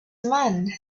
man